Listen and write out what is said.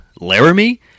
Laramie